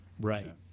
Right